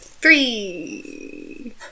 Three